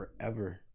forever